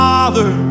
Father